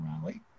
rally